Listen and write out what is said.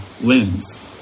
lens